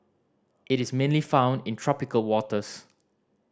it is mainly found in tropical waters